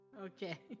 Okay